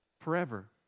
forever